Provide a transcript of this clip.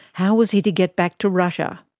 how was he to get back to russia?